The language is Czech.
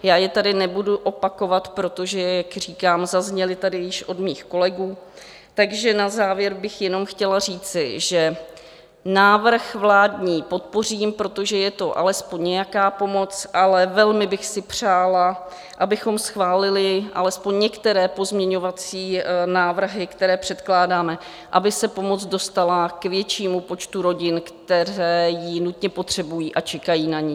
Já je tady nebudu opakovat, protože, jak říkám, zazněly tady již od mých kolegů, takže na závěr bych jenom chtěla říci, že vládní návrh podpořím, protože je to alespoň nějaká pomoc, ale velmi bych si přála, abychom schválili alespoň některé pozměňovací návrhy, které předkládáme, aby se pomoc dostala k většímu počtu rodin, které ji nutně potřebují a čekají na ni.